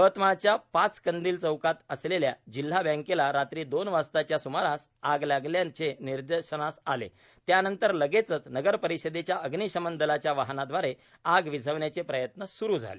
यवतमाळच्या पाच कंदील चौकात असलेल्या जिल्हा बँकेला रात्री दोन वाजताच्या सुमारास आग लागल्याचे निदर्शनास आले त्यानंतर लगेचच नगरपरिषदेच्या अग्निशमन दलाच्या वाहनाद्वारे आग विझवण्याचे प्रयत्न सुरु झाले